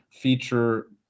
feature